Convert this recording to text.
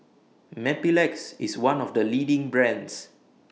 Mepilex IS one of The leading brands